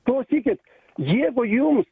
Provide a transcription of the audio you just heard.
klausykit jeigu jums